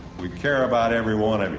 we care about every one i mean